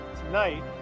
tonight